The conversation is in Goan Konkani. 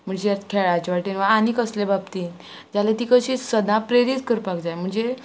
म्हणजे आतां खेळाच्या वाटेन वा आनी कसले बाबतीन जाल्यार ती कशी सदां प्रेरीत करपाक जाय म्हणजे